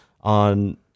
on